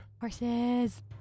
Horses